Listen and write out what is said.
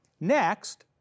Next